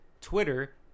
Twitter